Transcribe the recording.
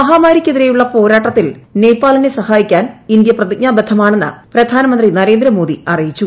മഹാമാരിയ്ക്കെതിരെയുള്ള പോരാട്ടത്തിൽ നേപ്പാളിനെ സഹായിക്കാൻ ഇന്ത്യ പ്രതിജ്ഞാബദ്ധമാണെന്ന് പ്രധാനമന്ത്രി നരേന്ദ്രമോദി അറിയിച്ചു